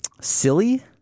silly